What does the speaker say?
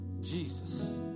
Jesus